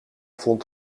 vond